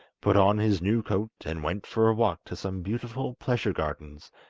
put on his new coat, and went for a walk to some beautiful pleasure gardens,